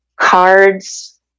cards